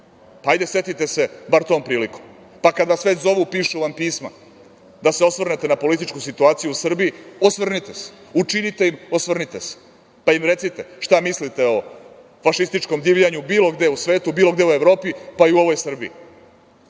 Pa, hajde, setite se bar tom prilikom. Pa, kad vas već zovu, pišu vam pisma, da se osvrnete na političku situaciju u Srbiji, osvrnite se. Učinite im, osvrnite se, pa im recite šta mislite o fašističkom divljanju bilo gde u svetu, bilo gde u Evropi, pa i u ovoj Srbiji,